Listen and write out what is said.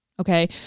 Okay